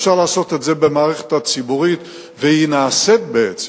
אפשר לעשות את זה במערכת הציבורית, וזה נעשה בעצם.